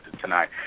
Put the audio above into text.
tonight